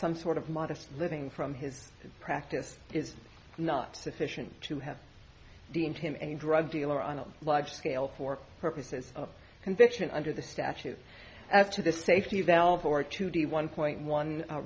some sort of modest living from his practice is not sufficient to have deemed him and drug dealer on a large scale for purposes of conviction under the statute as to the safety valve or to the one point one